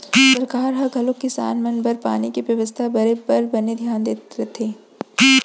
सरकार ह घलौक किसान मन बर पानी के बेवस्था बर बने धियान देत रथे